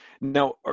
Now